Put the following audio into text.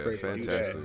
fantastic